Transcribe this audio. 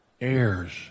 heirs